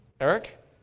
Eric